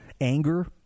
anger